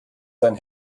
sein